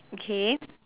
okay